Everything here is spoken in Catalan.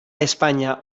espanya